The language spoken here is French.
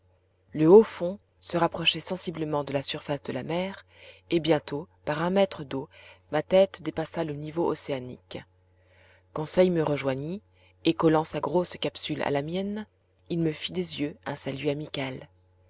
le haut fond se rapprochait sensiblement de la surface de la mer et bientôt par un mètre d'eau ma tête dépassa le niveau océanique conseil me rejoignit et collant sa grosse capsule à la mienne il me fit des yeux un salut amical